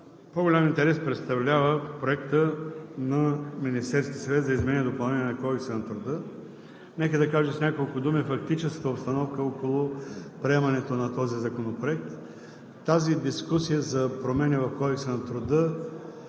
По-голям интерес представлява Проектът на Министерския съвет за изменение и допълнение на Кодекса на труда. Нека да кажа с няколко думи фактическата обстановка около приемането на този законопроект. Тази дискусия за промени в Кодекса на труда